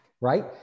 right